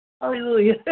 Hallelujah